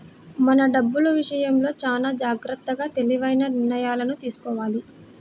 మనం డబ్బులు విషయంలో చానా జాగర్తగా తెలివైన నిర్ణయాలను తీసుకోవాలి